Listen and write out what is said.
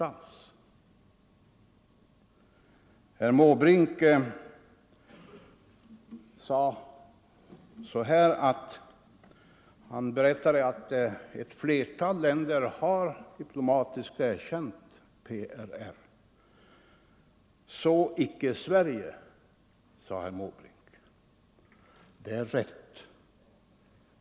Diplomatiska Herr Måbrink talade om att ett flertal länder erkänt PRR diplomatiskt. förbindelser med ”Så icke Sverige”, sade herr Måbrink. Det är rätt.